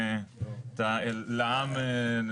תחנה ענקית.